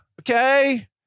Okay